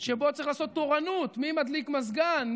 שבו צריך לעשות תורנות מי מדליק מזגן,